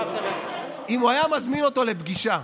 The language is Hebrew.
אם הוא היה מזמין אותו לפגישה,